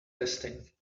testing